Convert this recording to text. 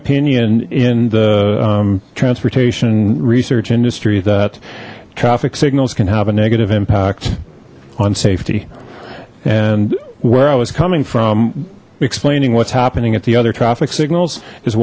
opinion in the transportation research industry that traffic signals can have a negative impact on safety and where i was coming from explaining what's happening at the other traffic signals is